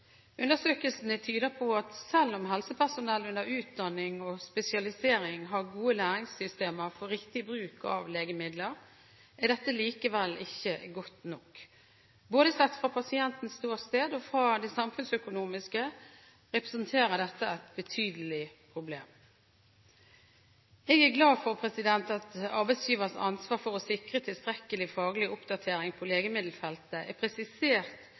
resultater. Undersøkelsene tyder på at selv om helsepersonell under utdanning og spesialisering har gode læringssystemer for riktig bruk av legemidler, er dette likevel ikke godt nok. Sett fra både pasientens ståsted og et samfunnsøkonomisk ståsted representerer dette et betydelig problem. Jeg er glad for at arbeidsgivers ansvar for å sikre tilstrekkelig faglig oppdatering på legemiddelfeltet er presisert